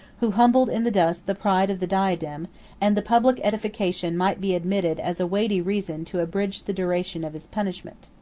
who humbled in the dust the pride of the diadem and the public edification might be admitted as a weighty reason to abridge the duration of his punishment.